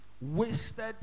wasted